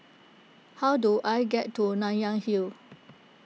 how do I get to Nanyang Hill